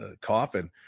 coffin